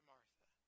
Martha